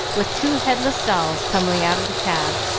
with two headless dolls tumbling out of the cab,